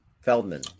Feldman